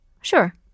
Sure